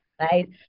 right